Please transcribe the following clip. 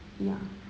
ya